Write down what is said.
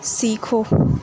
سیکھو